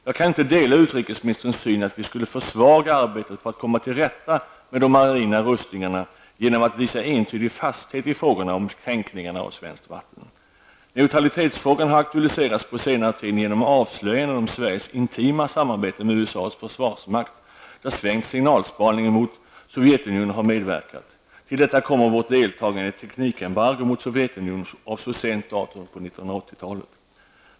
Jag kan inte dela utrikesministerns syn att vi skulle försvaga arbetet på att komma till rätta med de marina rustningarna genom att visa entydig fasthet i fråga om kränkningar av svenska vatten. Neutralitetsfrågan har aktualiserats på senare tid genom avslöjandena om Sveriges intima samarbete med USAs försvarsmakt, där svensk signalspaning mot Sovjetunionen har medverkat. Till detta kommer vårt deltagande i ett teknikembargo mot Sovjetunionen av så sent datum som på 1980-talet.